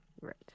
Right